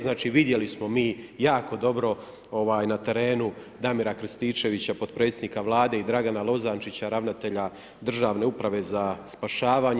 Znači vidjeli smo mi jako dobro na terenu Damira Krstićevića potpredsjednika Vlade i Dragana Lozančića ravnatelja Državne uprave za spašavanje.